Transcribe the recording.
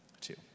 Two